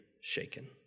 shaken